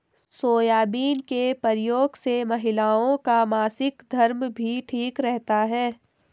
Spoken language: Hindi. सोयाबीन के प्रयोग से महिलाओं का मासिक धर्म भी ठीक रहता है